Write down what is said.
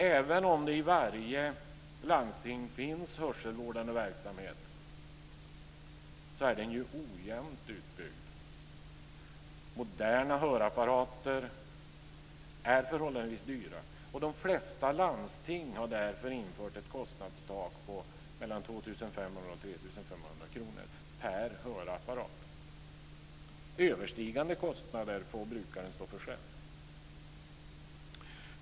Även om det i varje landsting finns hörselvårdande verksamhet är den ojämnt utbyggd. Moderna hörapparater är förhållandevis dyra. De flesta landsting har därför infört ett kostnadstak på 2 500-3 500 kr per hörapparat. Överstigande kostnader får brukaren stå för själv.